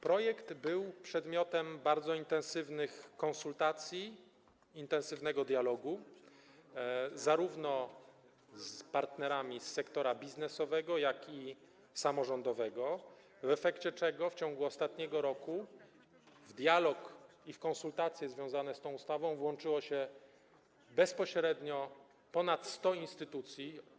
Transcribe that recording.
Projekt był przedmiotem bardzo intensywnych konsultacji, intensywnego dialogu, zarówno z partnerami z sektora biznesowego, jak i samorządowego, w efekcie czego w ciągu ostatniego roku w dialog i w konsultacje związane z tą ustawą włączyło się bezpośrednio ponad 100 instytucji.